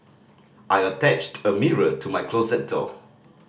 I attached a mirror to my closet door